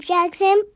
Jackson